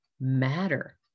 matter